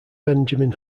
benjamin